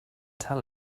tell